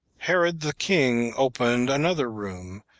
herod the king opened another room,